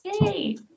Yay